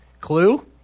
Clue